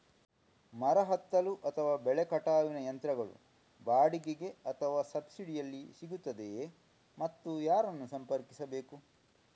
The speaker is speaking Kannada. ಮರ ಹತ್ತಲು ಅಥವಾ ಬೆಲೆ ಕಟಾವಿನ ಯಂತ್ರಗಳು ಬಾಡಿಗೆಗೆ ಅಥವಾ ಸಬ್ಸಿಡಿಯಲ್ಲಿ ಸಿಗುತ್ತದೆಯೇ ಮತ್ತು ಯಾರನ್ನು ಸಂಪರ್ಕಿಸಬೇಕು?